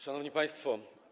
Szanowni Państwo!